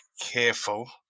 careful